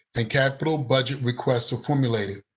and capital budget requests are formulated.